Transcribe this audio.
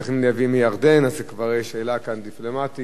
אז זה כבר שאלה דיפלומטית ושאלה של קשרים.